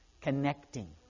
connecting